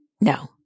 No